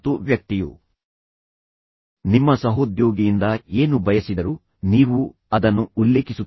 ವ್ಯಕ್ತಿ ನಿಮ್ಮನ್ನು ಏಕೆ ಕರೆದರು ಸರಿ ಮತ್ತು ವ್ಯಕ್ತಿಯು ನಿಮ್ಮ ಸಹೋದ್ಯೋಗಿಯಿಂದ ಏನು ಬಯಸಿದರು ಆದ್ದರಿಂದ ನೀವು ಅದನ್ನು ಉಲ್ಲೇಖಿಸುತ್ತೀರಿ